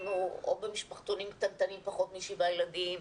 או במשפחתונים קטנטנים פחות משבעה ילדים,